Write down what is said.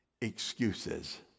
excuses